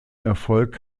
erfolg